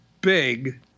big